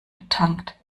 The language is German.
betankt